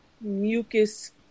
mucus